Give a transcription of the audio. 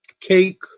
cake